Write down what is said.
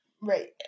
Right